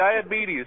diabetes